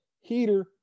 heater